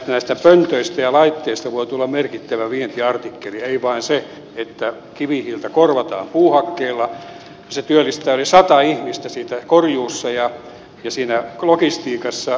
näistä pöntöistä ja laitteista voi tulla merkittävä vientiartikkeli ei vain siitä että kivihiiltä korvataan puuhakkeella ja se työllistää yli sata ihmistä korjuussa ja logistiikassa